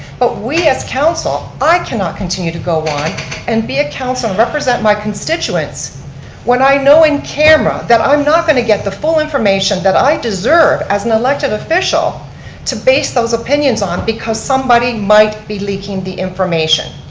but we as council, i can not continue to go on and be a councilor and represent my constituents when i know in camera that i'm not going to get the full information that i deserve as an elected official to base those opinions on because somebody might be leaking the information.